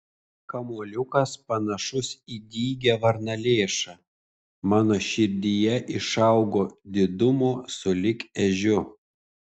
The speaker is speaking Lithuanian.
kamuoliukas panašus į dygią varnalėšą mano širdyje išaugo didumo sulig ežiu